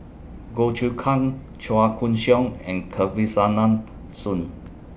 Goh Choon Kang Chua Koon Siong and Kesavan Soon